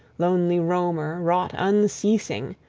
lonely roamer, wrought unceasing,